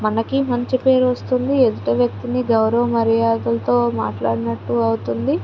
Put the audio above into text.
మనకి మంచి పేరు వస్తుంది ఎదుటి వ్యక్తిని గౌరవ మర్యాదలతో మాట్లాడినట్టు అవుతుంది